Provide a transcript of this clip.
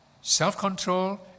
self-control